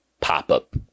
pop-up